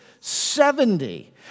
Seventy